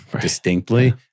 distinctly